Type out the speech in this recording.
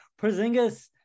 Porzingis